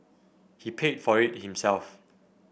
he paid for it himself